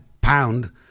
pound